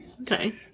Okay